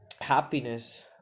happiness